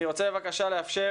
בבקשה גברתי.